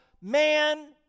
man